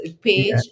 page